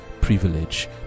privilege